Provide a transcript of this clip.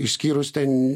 išskyrus ten